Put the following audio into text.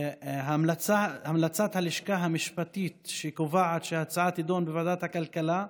המלצת הלשכה המשפטית קובעת שההצעה תידון בוועדת הכלכלה,